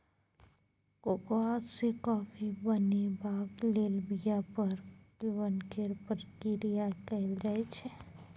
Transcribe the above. cocoa सँ coffee बनेबाक लेल बीया पर किण्वन केर प्रक्रिया कएल जाइ छै